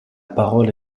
parole